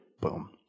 Boom